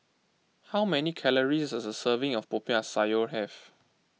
how many calories does a serving of Popiah Sayur have